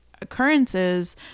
occurrences